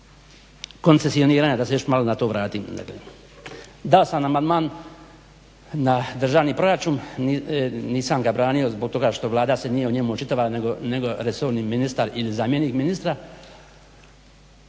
koncesioniranja, da se još malo na to vratim, dao sam amandman na državni proračun. Nisam ga branio zbog toga što Vlada se nije o njemu očitala, nego resorni ministar ili zamjenik ministra.